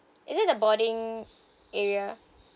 is it the boarding area